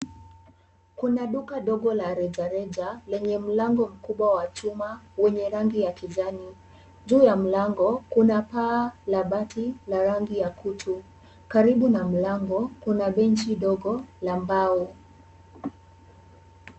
Kuna duka dogo la rejareja lenye mlango mkubwa wa chuma wenye rangi ya kijani. Juu ya mlango kuna paa la bati la rangi ya kutu. Karibu na mlango kuna benchi dogo la mbao.